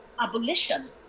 abolition